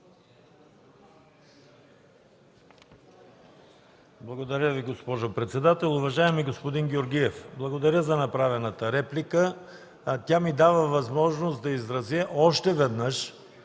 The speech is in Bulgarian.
Благодаря Ви, госпожо председател. Уважаеми господин Георгиев, благодаря за направената реплика. Тя ми дава възможност да изразя още веднъж